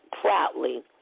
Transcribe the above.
proudly